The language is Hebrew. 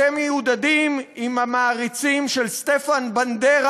אתם מיודדים עם המעריצים של סטפן בנדרה